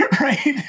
right